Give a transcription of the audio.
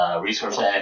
resource